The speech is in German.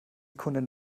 kundin